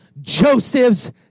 Joseph's